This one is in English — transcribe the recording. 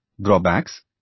drawbacks